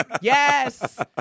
Yes